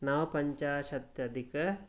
नव पञ्चाशत् अधिक